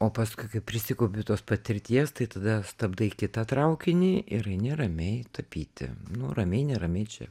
o paskui kai prisikaupiu tos patirties tai tada stabdai kitą traukinį ir eini ramiai tapyti nu ramiai neramiai čia